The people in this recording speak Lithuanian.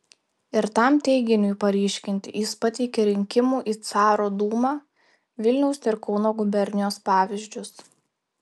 ir tam teiginiui paryškinti jis pateikė rinkimų į caro dūmą vilniaus ir kauno gubernijose pavyzdžius